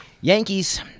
Yankees